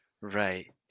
Right